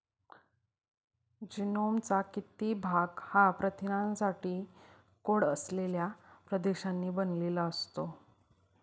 जीनोमचा किती भाग हा प्रथिनांसाठी कोड असलेल्या प्रदेशांनी बनलेला असतो?